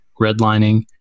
redlining